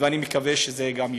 ואני מקווה שזה יידון.